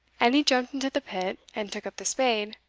and he jumped into the pit, and took up the spade.